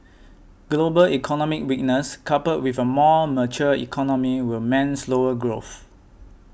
global economic weakness coupled with a more mature economy will meant slower growth